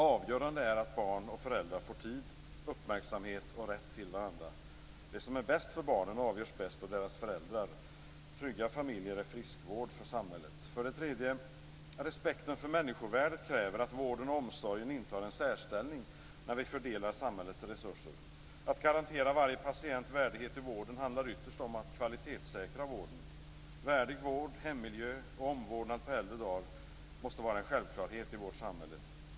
Avgörande är att barn och föräldrar får tid, uppmärksamhet och rätt till varandra. Det som är bäst för barnen avgörs bäst av deras föräldrar. Trygga familjer är friskvård för samhället. För det tredje: Respekten för människovärdet kräver att vården och omsorgen intar en särställning när vi fördelar samhällets resurser. Att garantera varje patient värdighet i vården handlar ytterst om att kvalitetssäkra vården. Värdig vård, hemmiljö och omvårdnad på äldre dagar måste vara en självklarhet i vårt samhälle.